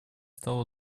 стал